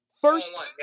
First